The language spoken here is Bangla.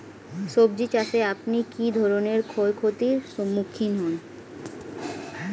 সবজী চাষে আপনি কী ধরনের ক্ষয়ক্ষতির সম্মুক্ষীণ হন?